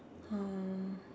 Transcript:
oh